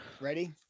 Ready